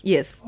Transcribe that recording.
Yes